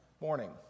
morning